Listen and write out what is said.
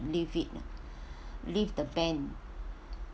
lift it lift the ban